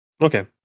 Okay